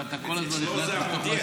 ואתה כל הזמן נכנס לתוך מה שאני אומר.